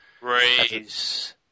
Raise